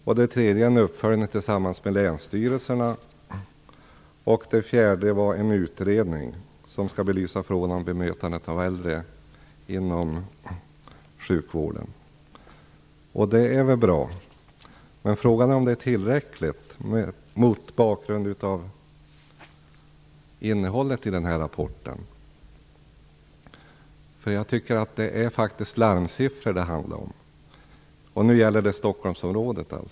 Den tredje åtgärden är en uppföljning tillsammans med länsstyrelserna och den fjärde är en utredning som skall belysa frågan om bemötandet av äldre inom sjukvården. Dessa åtgärder är väl bra, men frågan är om de är tillräckliga mot bakgrund av innehållet i ÄDEL rapporten. Jag tycker faktiskt att det handlar om larmsiffror när det gäller Stockholmsområdet.